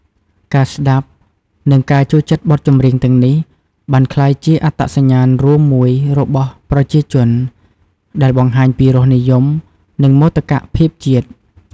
ការស្តាប់ និងការចូលចិត្តបទចម្រៀងទាំងនេះ បានក្លាយជា អត្តសញ្ញាណរួមមួយរបស់ប្រជាជន ដែលបង្ហាញពីរសនិយម និងមោទកភាពជាតិ។